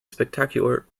spectacular